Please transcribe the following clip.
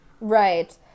Right